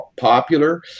popular